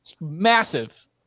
massive